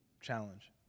challenge